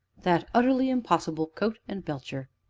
that utterly impossible coat and belcher!